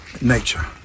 nature